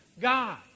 God